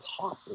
top